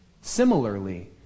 Similarly